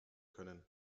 können